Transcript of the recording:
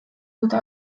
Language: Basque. dute